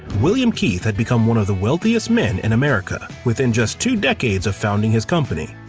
william keith had become one of the wealthiest men in america, within just two decades of founding his company.